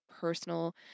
personal